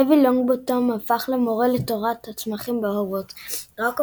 נוויל לונגבוטום הפך למורה לתורת הצמחים בהוגוורטס דראקו